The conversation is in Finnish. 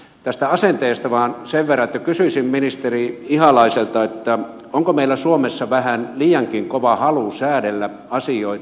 tästä asenteesta vain sen verran että kysyisin ministeri ihalaiselta onko meillä suomessa vähän liiankin kova halu säädellä asioita